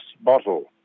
Bottle